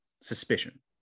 suspicion